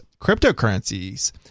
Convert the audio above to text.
cryptocurrencies